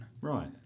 Right